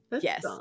yes